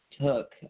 took